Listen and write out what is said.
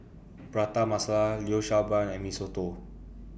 Prata Masala Liu Sha Bao and Mee Soto